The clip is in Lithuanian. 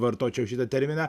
vartočiau šitą terminą